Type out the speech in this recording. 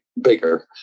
bigger